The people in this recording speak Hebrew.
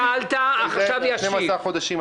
שאלת והחשב ישיב בהמשך.